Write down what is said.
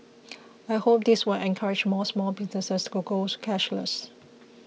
I hope this will encourage more small businesses to go cashless